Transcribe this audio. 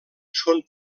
són